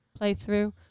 playthrough